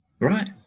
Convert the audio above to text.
right